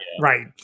right